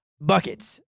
Buckets